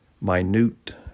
minute